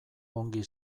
ongi